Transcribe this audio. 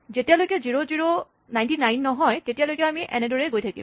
যেতিয়ালৈকে zero zero ৯৯ নহয় তেতিয়ালৈকে আমি এনেদৰেই গৈ থাকিম